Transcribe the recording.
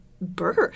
birth